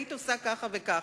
היית עושה ככה וככה.